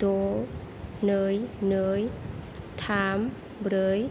द' नै नै थाम ब्रै